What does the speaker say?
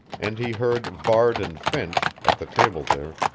and he heard varde and finch, at the table there,